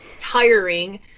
tiring